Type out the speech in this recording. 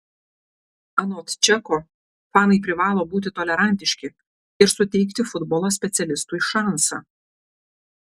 anot čeko fanai privalo būti tolerantiški ir suteikti futbolo specialistui šansą